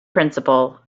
principle